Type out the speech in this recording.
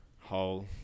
whole